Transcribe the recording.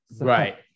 right